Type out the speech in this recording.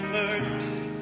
mercy